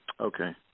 Okay